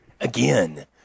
again